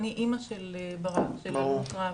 אני אמא של ברק, של הלום קרב.